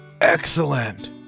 Excellent